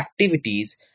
activities